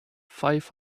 five